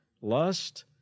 lust